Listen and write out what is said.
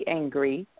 angry